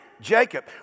Jacob